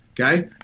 Okay